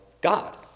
god